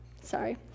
sorry